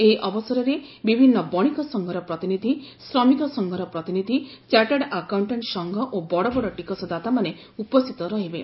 ଏହି ଅବସରରେ ବିଭିନ୍ନ ବଶିକ ସଂଘର ପ୍ରତିନିଧି ଶ୍ରମିକ ସଂଘର ପ୍ରତିନିଧି ଚାଟାର୍ଡ ଆକାଉଣ୍ଟାଣ୍ଟ୍ ସଂଘ ଓ ବଡ଼ବଡ଼ ଟିକସଦାତାମାନେ ଉପସ୍ଥିତ ରହିବେ